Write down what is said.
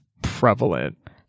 prevalent